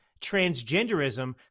transgenderism